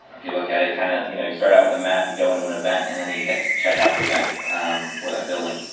if you look at it kind of you know you start out with a map and go into an event and then you get to check out the event for that building.